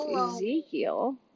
Ezekiel